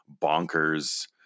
bonkers